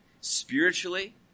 spiritually